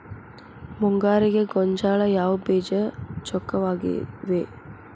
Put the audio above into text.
ಮುಂಗಾರಿಗೆ ಗೋಂಜಾಳ ಯಾವ ಬೇಜ ಚೊಕ್ಕವಾಗಿವೆ?